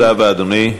תודה רבה, אדוני.